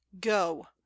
go